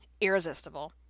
irresistible